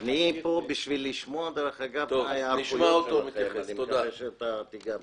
כאן כדי לשמוע על ההיערכות שלכם ואני מקווה שאתה תיגע בזה.